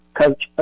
coach